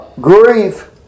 Grief